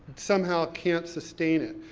somehow can't sustain it.